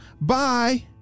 Bye